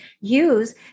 use